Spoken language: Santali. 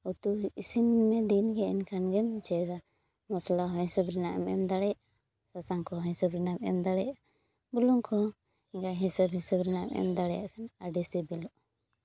ᱩᱛᱩ ᱤᱥᱤᱱ ᱢᱮ ᱫᱤᱱᱜᱮ ᱮᱸᱰᱮ ᱠᱷᱟᱱᱜᱮᱢ ᱪᱮᱫᱟ ᱢᱚᱥᱞᱟ ᱦᱚᱸ ᱦᱤᱥᱟᱹᱵᱽ ᱨᱮᱭᱟᱜᱼᱮᱢ ᱮᱢ ᱫᱟᱲᱮᱭᱟᱜᱼᱟ ᱥᱟᱥᱟᱝ ᱠᱚᱦᱚᱸ ᱦᱤᱥᱟᱹᱵᱽ ᱨᱮᱱᱟᱜᱼᱮᱢ ᱮᱢ ᱫᱟᱲᱮᱭᱟᱜᱼᱟ ᱵᱩᱞᱩᱝ ᱠᱚᱦᱚᱸ ᱦᱤᱥᱟᱹᱵᱽ ᱦᱤᱥᱟᱹᱵᱽ ᱨᱮᱭᱟᱜᱼᱮᱢ ᱮᱢ ᱫᱟᱲᱮᱭᱟᱜ ᱠᱷᱟᱱ ᱟᱹᱰᱤ ᱥᱤᱵᱤᱞᱚᱜᱼᱟ